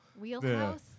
Wheelhouse